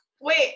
Wait